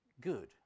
good